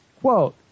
Quote